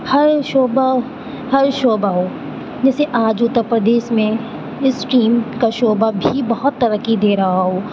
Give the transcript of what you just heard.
ہر شعبہ ہر شعبہ ہو جیسے آج اتر پردیش میں اسٹیم کا شعبہ بھی بہت ترقی دے رہا ہو